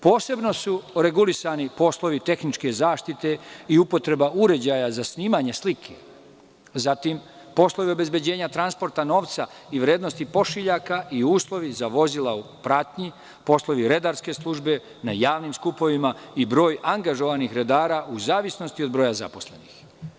Posebno su regulisani poslovi tehničke zaštite i upotreba uređaja za snimanje slike, zatim, poslovi obezbeđenja transporta novca i vrednosnih pošiljaka i uslovi za vozila u pratnji, poslovi redarske službe na javnim skupovima i broj angažovanih redara, u zavisnosti od broja zaposlenih